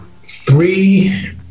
three